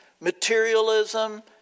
materialism